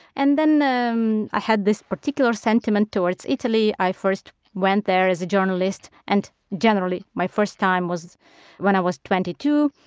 and then then um i had this particular sentiment towards italy. i first went there as a journalist, and generally my first time was when i was twenty two.